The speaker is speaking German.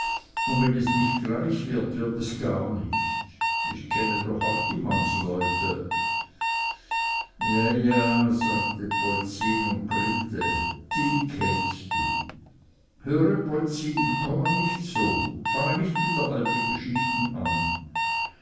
un wenn es nich gleich wird wird es gar nich ich kenne doch auch die mannsleute ja ja sagte polzin und griente die kennst du höre polzin komme mir nich so fange nich wieder alte geschichten an